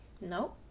No